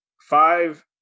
five